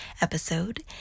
episode